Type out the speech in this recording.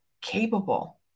capable